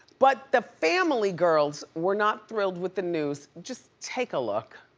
but, the family girls were not thrilled with the news. just take a look.